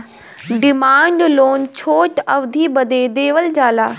demand loan छोट अवधी बदे देवल जाला